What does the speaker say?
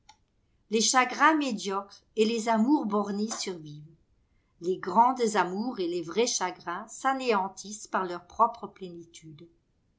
les chagrins médiocres et les amours bornées survivent les grandes amours et les vrais chagrins s'anéantissent par leur propre plénitude